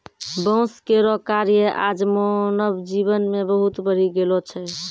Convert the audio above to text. बांस केरो कार्य आज मानव जीवन मे बहुत बढ़ी गेलो छै